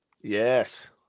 Yes